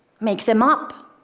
make them up.